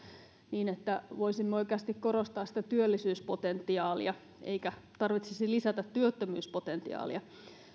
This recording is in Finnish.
niin että voisimme oikeasti korostaa sitä työllisyyspotentiaalia eikä tarvitsisi lisätä työttömyyspotentiaalia